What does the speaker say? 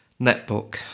netbook